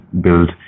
build